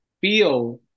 feel